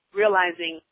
realizing